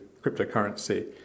cryptocurrency